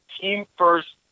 team-first